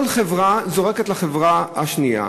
כל חברה זורקת לחברה השנייה.